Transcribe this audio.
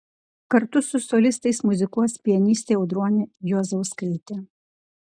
kartu su solistais muzikuos pianistė audronė juozauskaitė